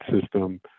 system